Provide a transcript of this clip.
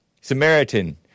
Samaritan